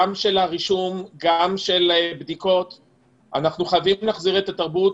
רישום, בדיקות אנחנו חייבים להחזיר את התרבות.